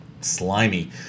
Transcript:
slimy